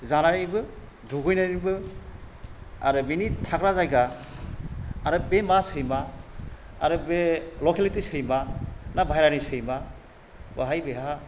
जानायनिबो दुगैनायनिबो आरो बिनि थाग्रा जायगा आरो बे मा सैमा आरो बे लकेलिटि सैमा ना बाहेरानि सैमा बाहाय बेहा